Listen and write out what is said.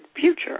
future